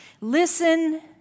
Listen